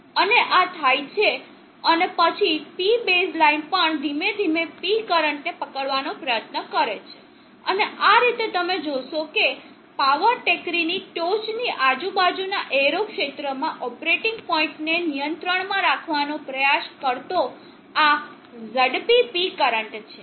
અને આ થાય છે અને પછી P બેઝ લાઇન પણ ધીમે ધીમે P કરંટને પકડવાનો પ્રયત્ન કરે છે અને આ રીતે તમે જોશો કે પાવર ટેકરીની ટોચની આજુબાજુના એરો ક્ષેત્રમાં ઓપરેટિંગ પોઇન્ટ ને નિયંત્રણમાં રાખવાનો પ્રયાસ કરતો આ ઝડપી P કરંટ છે